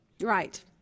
Right